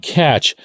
catch